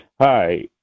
Hi